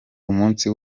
umunsi